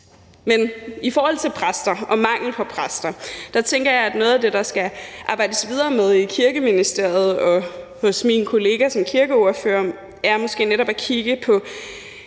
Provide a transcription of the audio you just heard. Men i forhold til præster og mangel på præster tænker jeg, at noget af det, der skal arbejdes videre med i Kirkeministeriet og hos min kollega som kirkeordfører, måske netop er at kigge på